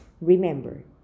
Remember